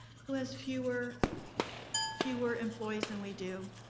who has fewer fewer employees than we do,